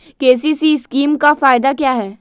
KCC scheme का फायदा क्या है?